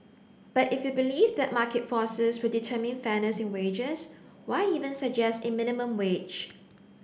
but if you believe that market forces would determine fairness in wages why even suggest a minimum wage